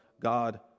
God